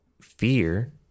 fear